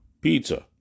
Pizza